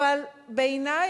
אבל בעיני,